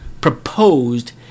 proposed